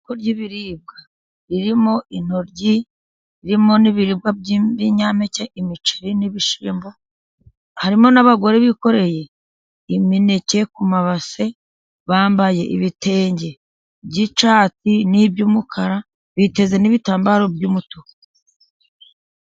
Ubwoko bw'ibiribwa, birimo intoryi, birimo n'ibiribwa by'ibinyampeke, imiceri n'ibishimbo. Harimo n'abagore bikoreye imineke ku mabase, bambaye ibitenge by'icyatsi, n'iby'umukara, biteze n'ibitambaro by'umutuku.